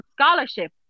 scholarship